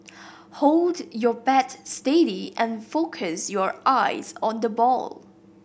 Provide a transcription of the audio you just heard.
hold your bat steady and focus your eyes on the ball